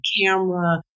camera